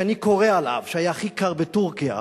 שאני קורא עליו שהיה הכי קר בטורקיה,